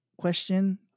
question